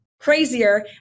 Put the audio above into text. crazier